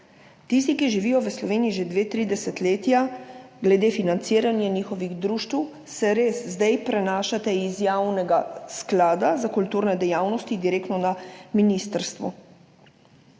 tiste, ki živijo v Sloveniji že dve ali tri desetletja, financiranje njihovih društev zdaj res prenašate iz Javnega sklada za kulturne dejavnosti direktno na ministrstvo.